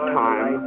time